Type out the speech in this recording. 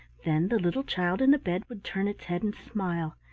then the little child in the bed would turn its head and smile,